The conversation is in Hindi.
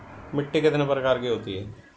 मिट्टी कितने प्रकार की होती हैं?